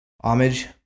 homage